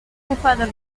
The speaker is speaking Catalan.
bufador